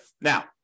Now